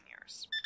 years